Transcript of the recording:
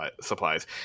supplies